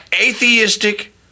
atheistic